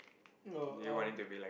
no uh